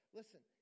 listen